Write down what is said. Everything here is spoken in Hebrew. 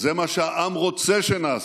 זה מה שהעם רוצה שנעשה.